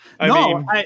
No